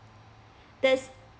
there's